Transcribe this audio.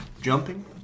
jumping